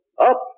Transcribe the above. Up